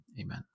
Amen